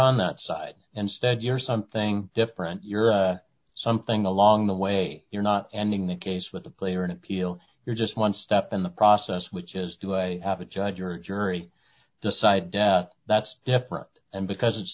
on that side and stead you're something different you're something along the way you're not ending the case with the player an appeal you're just one step in the process which is to have a judge or a jury decide that's different and because it's